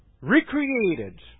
recreated